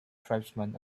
tribesmen